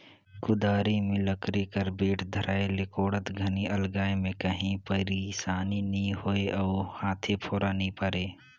कुदारी मे लकरी कर बेठ धराए ले कोड़त घनी अलगाए मे काही पइरसानी नी होए अउ हाथे फोरा नी परे